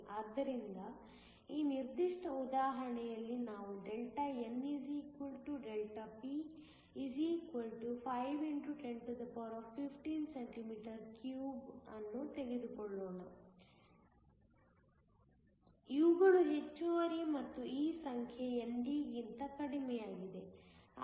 ಆದ್ದರಿಂದ ಈ ನಿರ್ದಿಷ್ಟ ಉದಾಹರಣೆಯಲ್ಲಿ ನಾವು Δn Δp 5 x 1015 cm3 ಅನ್ನು ತೆಗೆದುಕೊಳ್ಳೋಣ ಇವುಗಳು ಹೆಚ್ಚುವರಿ ಮತ್ತು ಈ ಸಂಖ್ಯೆ ND ಗಿಂತ ಕಡಿಮೆಯಾಗಿದೆ